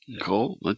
Cool